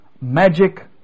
magic